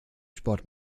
sport